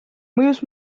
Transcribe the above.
mõjus